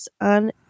on